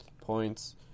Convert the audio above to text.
points